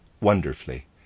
wonderfully